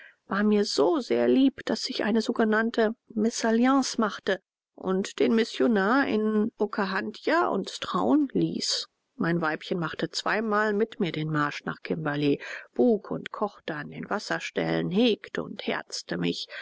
war mir so sehr lieb daß ich eine sogenannte mesalliance machte und den missionar in okahandja uns trauen ließ mein weibchen machte zweimal mit mir den marsch nach kimberley buk und kochte an den wasserstellen hegte und herzte mich